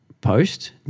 post